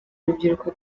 rubyiruko